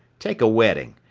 take a wedding.